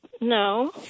No